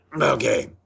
okay